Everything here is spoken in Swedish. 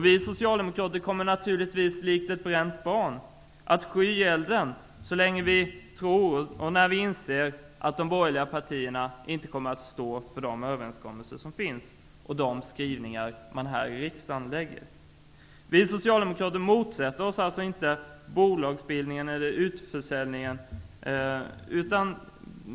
Vi socialdemokrater kommer naturligtvis, likt ett bränt barn, att sky elden så länge vi tror och inser att de borgerliga partierna inte kommer att stå för de överenskommelser som finns och de skrivningar som man gör här i riksdagen. Vi socialdemokrater motsätter oss alltså inte bolagsbildningen eller utförsäljningen.